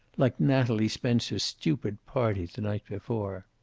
like natalie spencer's stupid party the night before.